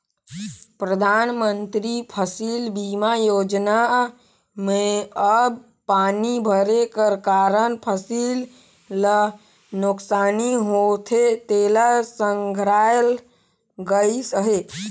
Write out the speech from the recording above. परधानमंतरी फसिल बीमा योजना में अब पानी भरे कर कारन फसिल ल नोसकानी होथे तेला संघराल गइस अहे